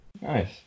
Nice